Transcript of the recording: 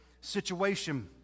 situation